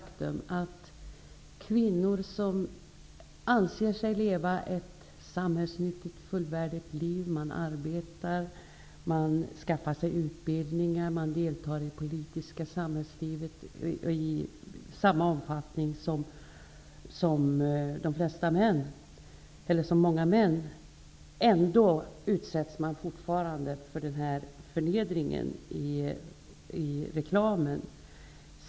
Kvinnor som anser sig leva ett fullvärdigt samhällsnyttigt liv -- man arbetar, skaffar sig utbildningar, deltar i det politiska livet i samma omfattning som många män -- utsätts ändå fortfarande för denna förnedring i reklamen.